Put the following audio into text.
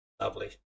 lovely